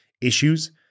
issues